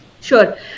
Sure